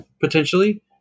potentially